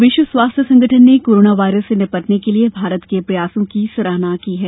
उधर विश्व स्वास्थ्य संगठन ने कोरोनोवायरस से निपटने के लिए भारत के प्रयासों की सराहना की है